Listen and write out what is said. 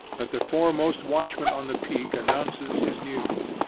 that the foremost watchman on the peak announces his news.